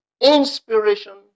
Inspiration